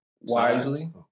wisely